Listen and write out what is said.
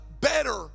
better